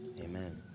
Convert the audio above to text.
Amen